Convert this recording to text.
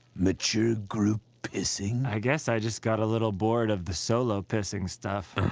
mature group pissing? i guess i just got a little bored of the solo pissing stuff.